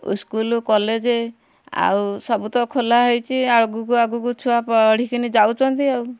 ଉସ୍କୁଲୁ କଲେଜେ ଆଉ ସବୁ ତ ଖୋଲା ହେଇଛି ଆଗକୁ ଆଗକୁ ଛୁଆ ପଢ଼ିକିନି ଯାଉଛନ୍ତି ଆଉ